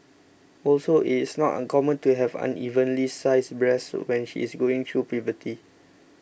also it is not uncommon to have unevenly sized breasts when she is going through puberty